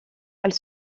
elle